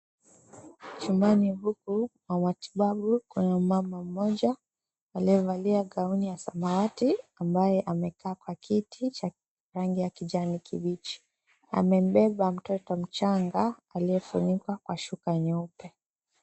Chumbani huku pa matibabu kuna mama mmoja aliyevalia gauni ya samawati ambaye amekaa kwa kiti cha rangi ya kijani kibichi. Amebeba mtoto mchanga aliyefunikwa kwa shuka nyeupe.